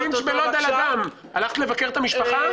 בלינץ' בלוד --- הלכת לבקר את המשפחה?